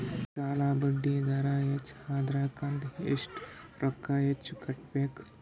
ಸಾಲಾ ಬಡ್ಡಿ ದರ ಹೆಚ್ಚ ಆದ್ರ ಕಂತ ಎಷ್ಟ ರೊಕ್ಕ ಹೆಚ್ಚ ಕಟ್ಟಬೇಕು?